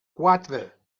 quatre